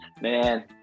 Man